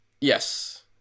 Yes